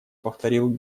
повторил